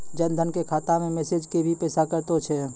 जन धन के खाता मैं मैसेज के भी पैसा कतो छ?